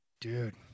dude